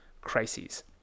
crises